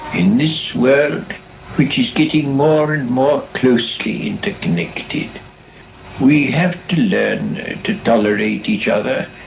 in this world which is getting more and more closely interconnected we have to learn to tolerate each other,